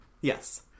Yes